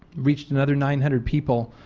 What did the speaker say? reached another nine hundred people.